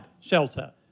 shelter